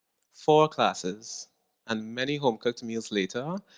four classes and many home-cooked meals later,